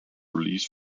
release